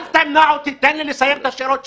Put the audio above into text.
אל תמנע אותי, תן לי לסיים את השאלות שלי.